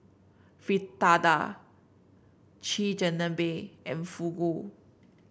Fritada Chigenabe and Fugu